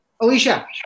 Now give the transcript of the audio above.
Alicia